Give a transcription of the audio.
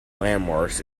landmarks